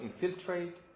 infiltrate